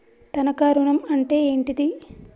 తనఖా ఋణం అంటే ఏంటిది?